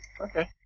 Okay